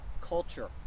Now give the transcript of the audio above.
culture